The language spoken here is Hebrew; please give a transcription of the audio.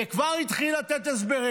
וכבר התחיל לתת הסברים.